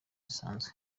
zisanzwe